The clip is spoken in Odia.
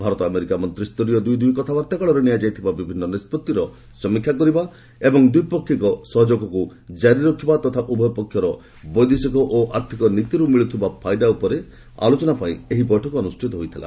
ଭାରତ ଆମେରିକା ମନ୍ତ୍ରୀଷ୍ଠରୀୟ ଦୁଇ ଦୁଇ କଥାବାର୍ତ୍ତା କାଳରେ ନିଆଯାଇଥିବା ବିଭିନ୍ନ ନିଷ୍ପଭିର ସମୀକ୍ଷା କରିବା ଏବଂ ଦ୍ୱିପକ୍ଷୀୟ ସହଯୋଗକ୍ତ ଜାରି ରଖିବା ତଥା ଉଭୟ ପକ୍ଷର ବୈଦେଶିକ ଓ ଆର୍ଥକ ନୀତିରୁ ମିଳୁଥିବା ଫାଇଦା ଉପରେ ଆଲୋଚନାପାଇଁ ଏହି ବୈଠକ ଅନୁଷ୍ଠିତ ହୋଇଥିଲା